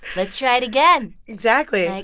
let's try it again exactly. like